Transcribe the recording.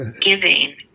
giving